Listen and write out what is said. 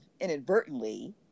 inadvertently